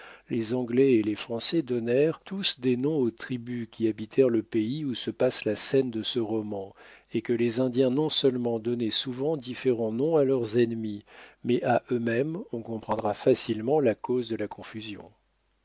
les anglais et les français donnèrent tous des noms aux tribus qui habitèrent le pays où se passe la scène de ce roman et que les indiens non seulement donnaient souvent différents noms à leurs ennemis mais à eux-mêmes on comprendra facilement la cause de la confusion